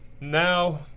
Now